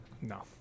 No